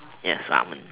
yes ramen